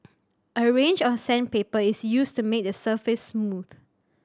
a range of sandpaper is used to make the surface smooth